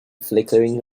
flickering